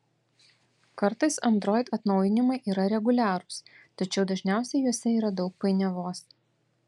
kartais android atnaujinimai yra reguliarūs tačiau dažniausiai juose yra daug painiavos